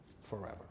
forever